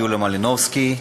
יוליה מלינובסקי.